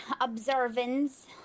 observance